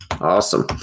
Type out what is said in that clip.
Awesome